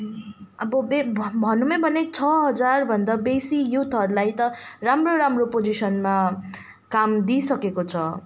अब भनौँ नै भने छ हजारभन्दा बेसी युथहरूलाई राम्रो राम्रो पोजिसनमा काम दिइसकेको छ